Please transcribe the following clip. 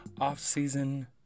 Off-season